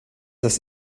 das